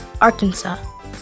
Arkansas